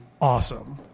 awesome